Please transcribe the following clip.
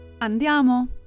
Andiamo